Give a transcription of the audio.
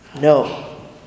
No